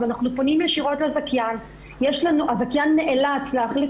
אז אנחנו פונים לזכיין והוא נאלץ להחליף